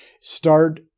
Start